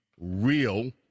real